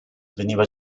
veniva